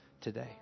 today